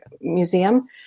Museum